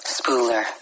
Spooler